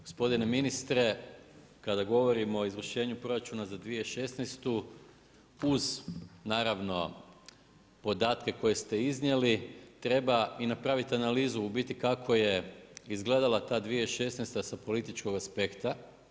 Gospodine ministre kada govorimo o Izvršenju proračuna za 2016. uz naravno podatke koje ste iznijeli treba i napraviti analizu u biti kako je izgledala ta 2016. sa političkog aspekta.